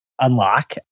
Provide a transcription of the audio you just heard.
unlock